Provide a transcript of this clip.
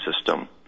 system